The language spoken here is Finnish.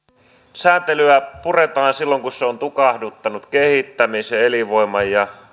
sääntelyä puretaan silloin kun se on tukahduttanut kehittämisen elinvoiman ja